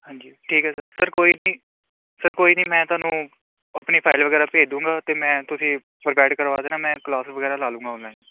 ਹਾਂਜੀ ਠੀਕ ਆ ਸਰ ਸਰ ਕੋਈ ਨਹੀਂ ਸਰ ਕੋਈ ਨਹੀਂ ਮੈਂ ਤੁਹਾਨੂੰ ਆਪਣੀ ਫਾਈਲ ਵਗੈਰਾ ਭੇਜ ਦੂਆਂਗਾ ਅਤੇ ਮੈਂ ਤੁਸੀਂ ਪ੍ਰੋਵਾਈਡ ਕਰਵਾ ਦੇਣਾ ਮੈਂ ਕਲਾਸ ਵਗੈਰਾ ਲਾ ਲਵਾਂਗਾ ਔਨਲਾਈਨ